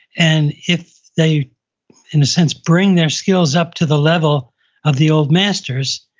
and if they in a sense, bring their skills up to the level of the old masters,